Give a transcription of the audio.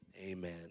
Amen